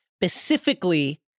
specifically